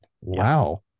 wow